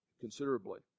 considerably